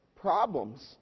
problems